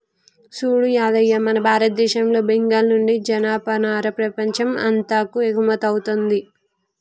సూడు యాదయ్య మన భారతదేశంలో బెంగాల్ నుండి జనపనార ప్రపంచం అంతాకు ఎగుమతౌతుంది